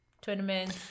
Tournament